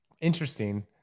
Interesting